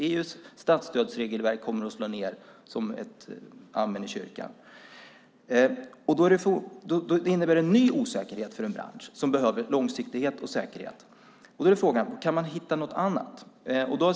EU:s statsstödsregelverk kommer att slå ned som amen i kyrkan. Det innebär en ny osäkerhet för en bransch som behöver långsiktighet och säkerhet. Kan man då hitta någonting annat?